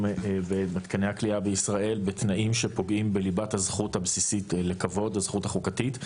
במתקני הכליאה בישראל בתנאים שפוגעים בליבת הזכות הבסיסית החוקתית לכבוד.